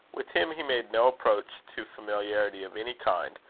with him he made no approach to familiarity of any kind,